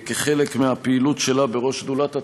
כחלק מהפעילות שלה כראש שדולת התיירות,